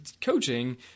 coaching